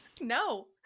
no